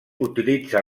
utilitza